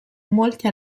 molti